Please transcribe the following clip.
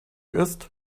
ist